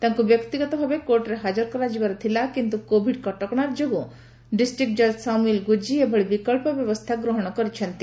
ତାଙ୍କୁ ବ୍ୟକ୍ତିଗତ ଭାବେ କୋର୍ଟରେ ହାଜର କରାଯିବାର ଥିଲା କିନ୍ତୁ କୋଭିଡ୍ କଟକଣା ଲାଗୁ ଦୃଷ୍ଟିରୁ ଡିଷ୍ଟ୍ରିକ୍ ଜଜ୍ ସାମୁଏଲ୍ ଗୁଜି ଏଭଳି ବିକଳ୍ପ ବ୍ୟବସ୍ଥା ଗ୍ରହଣ କରିଛନ୍ତି